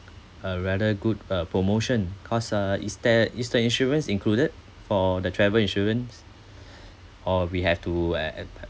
a rather good uh promotion cause uh is there is the insurance included for the travel insurance or we have to a~ add